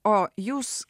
o jūs